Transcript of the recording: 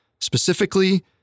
specifically